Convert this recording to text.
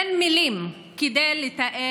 אין מילים לתאר